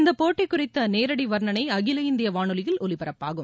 இந்த போட்டி குறித்த நேரடி வர்ணனை அகில இந்திய வானொலியில் ஒலிபரப்பாகும்